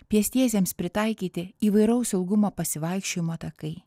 pėstiesiems pritaikyti įvairaus ilgumo pasivaikščiojimo takai